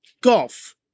golf